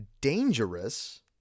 dangerous